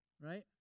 Right